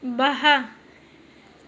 वाह्